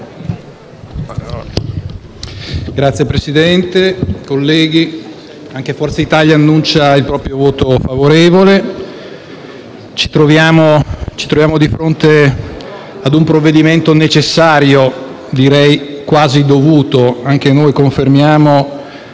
Signor Presidente, colleghi, anche il Gruppo di Forza Italia annuncia il proprio voto favorevole. Ci troviamo di fronte a un provvedimento necessario, direi quasi dovuto. Anche noi confermiamo,